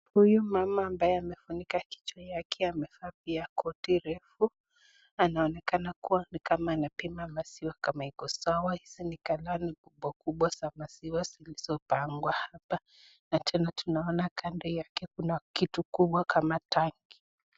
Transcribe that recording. Huyu mama ambaye amefunika kichwa yake amevaa pia koti refu, na anaonekana kuwa anapima maziwa kama iko sawa hizi kala ni kubwa, zilizopangwa hapa na tenatuanaona kando yakekuna kitu kubwa kama tangi.